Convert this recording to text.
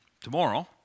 tomorrow